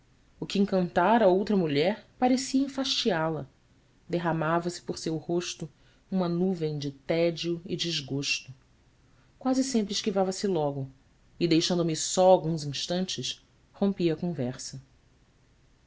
o que encantara outra mulher parecia enfastiá la derramava-se por seu rosto uma nuvem de tédio e desgosto quase sempre esquivava se logo e deixando me só alguns instantes rompia a conversa